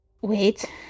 Wait